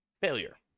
failure